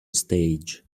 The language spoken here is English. stage